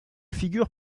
figure